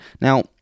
Now